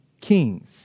kings